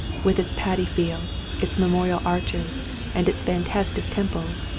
with its padi fields, its memorial arches and its fantastic temples,